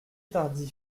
tardy